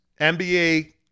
NBA